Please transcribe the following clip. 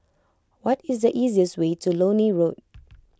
what is the easiest way to Lornie Road